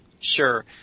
Sure